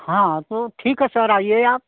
हाँ तो ठीक है सर आइए आप